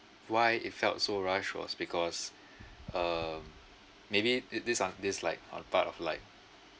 why it felt so rushed was because um maybe thi~ this [one] this is like are part of like